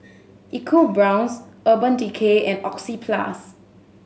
EcoBrown's Urban Decay and Oxyplus